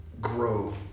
grow